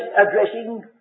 addressing